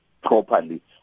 properly